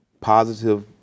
positive